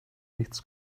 nichts